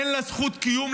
אין לה זכות קיום,